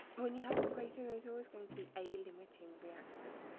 when you have an equation, there is always going to be a limiting reactant.